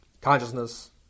consciousness